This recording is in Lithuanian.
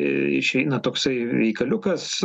išeina toksai veikaliukas